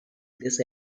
this